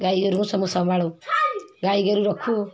ଗାଈଗୋରୁକୁ ସବୁ ସମ୍ଭାଳୁ ଗାଈଗୋରୁ ରଖୁ